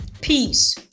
peace